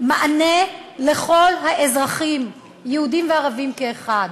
מענה לכל האזרחים, יהודים וערבים כאחד.